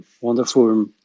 wonderful